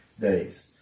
days